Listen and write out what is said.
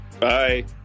Bye